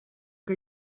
que